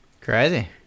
Crazy